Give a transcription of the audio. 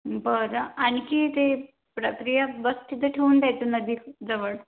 बरं आणखी ते प्रक्रिया बस् तिथं ठेऊन द्यायचं नदीजवळ